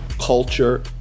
culture